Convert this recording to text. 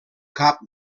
cap